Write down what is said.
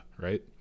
right